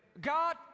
God